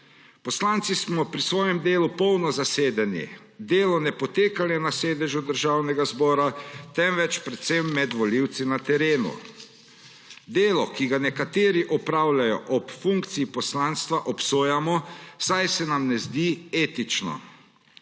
Poslanci smo pri svojem delu polno zasedeni. Delo ne poteka le na sedežu Državnega zbora, temveč predvsem med volivci na terenu. Delo, ki ga nekateri opravljajo ob funkciji poslanstva, obsojamo, saj se nam ne zdi etično.